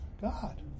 God